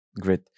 great